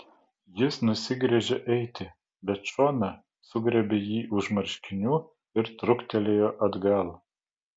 jis nusigręžė eiti bet šona sugriebė jį už marškinių ir trūktelėjo atgal